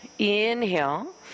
Inhale